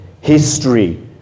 history